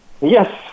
Yes